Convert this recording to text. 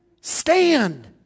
stand